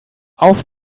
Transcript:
auf